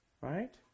Right